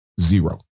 Zero